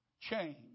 change